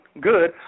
good